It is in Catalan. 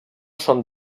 són